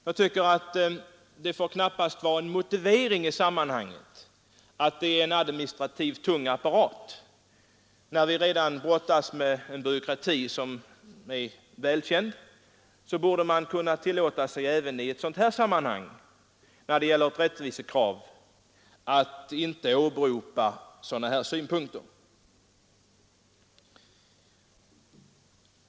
Jag anser att det knappast får vara en motivering i sammanhanget att det blir en administrativt tung apparat; när vi redan brottas med en byråkrati som är väl känd, borde man i ett sådant här sammanhang, där det gäller ett rättvisekrav, inte åberopa sådana synpunkter.